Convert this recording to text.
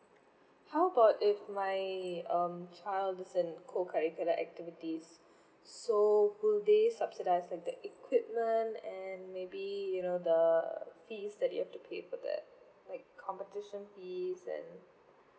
how about if my um child is in co curricular activities so do they subsidised on the equipment and maybe you know the fees that you have to pay for that like competition fee and